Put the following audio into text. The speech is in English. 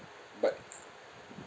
but